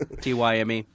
T-Y-M-E